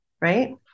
right